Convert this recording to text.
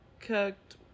cooked